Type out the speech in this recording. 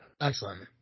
Excellent